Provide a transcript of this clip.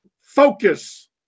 focus